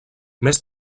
més